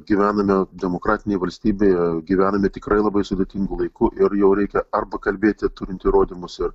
gyvename demokratinėj valstybėje gyvename tikrai labai sudėtingu laiku ir jau reikia arba kalbėti turint įrodymus ir